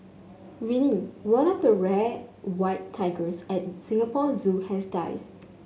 Winnie one of two rare white tigers at Singapore Zoo has died